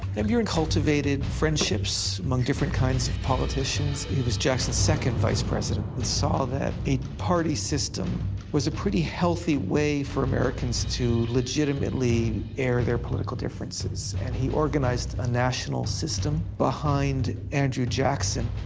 and buren cultivated friendships among different kinds of politicians. he was jackson's second vice president and saw that a party system was a pretty healthy way for americans to legitimately air their political differences, and he organized a national system behind andrew jackson.